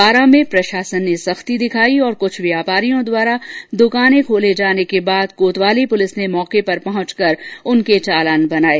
बारां में प्रशासन ने सख्ती दिखाई और क्छ व्यापारियों द्वारा दुकाने खोले जाने के बाद कोतवाली पुलिस ने मौके पर पहुंच कर उनके चालान बनाये